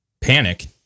panic